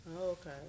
Okay